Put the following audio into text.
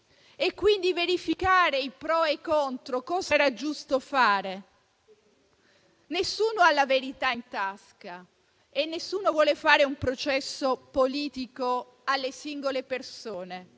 quindi verificare i pro e contro e cosa era giusto fare. Nessuno ha la verità in tasca e nessuno vuole fare un processo politico alle singole persone